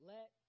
Let